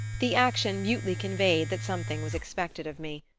the action mutely conveyed that something was expected of me.